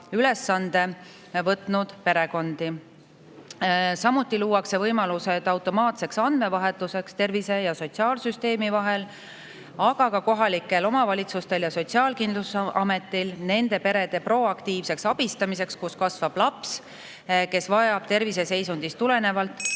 ülesande võtnud perekondi. Samuti luuakse võimalused automaatseks andmevahetuseks tervise- ja sotsiaalsüsteemi vahel, aga ka kohalikel omavalitsustel ja Sotsiaalkindlustusametil nende perede proaktiivseks abistamiseks, kus kasvab laps, kes vajab terviseseisundist tulenevalt ...